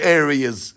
areas